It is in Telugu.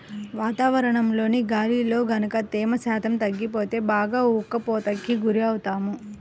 వాతావరణంలోని గాలిలో గనక తేమ శాతం తగ్గిపోతే బాగా ఉక్కపోతకి గురవుతాము